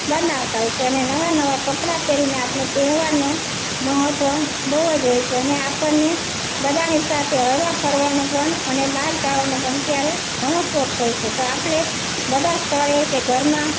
બનાવતા હોય છે અને નવા નવા કપડાં પહેરીને આપણે તહેવારનો મહત્વ બહુ જ હોય છે અને આપણને બધાની સાથે હરવા ફરવાનો પણ અને બહાર જવાનો પણ ત્યારે ઘણો શોખ હોય છે તો આપણે બધા સ્થળે કે ઘરમાં